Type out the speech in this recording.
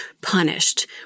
punished